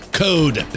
code